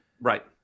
Right